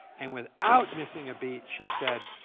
and without missing a beat, she said,